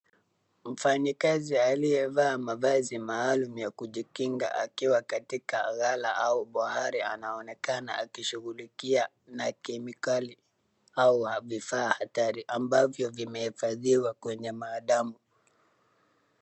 Mfanyikazi aliyevaa mavazi maalum ya kujikinga akiwa katika ghala au bahari anaoekana akishughulika na kemikali au bidhaa hatari ambavyo vimehifandiwa kwenye maadamu.